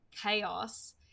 chaos